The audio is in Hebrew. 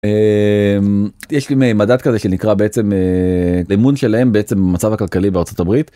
יש לי מדד כזה שנקרא בעצם לימון שלהם בעצם מצב הכלכלי בארה״ב.